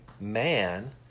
man